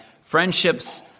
friendships